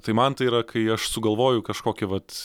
tai man tai yra kai aš sugalvoju kažkokį vat